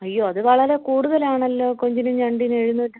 അയ്യോ അത് വളരെ കൂടുതലാണല്ലോ കൊഞ്ചിനും ഞണ്ടിനും എഴുന്നൂറ്റ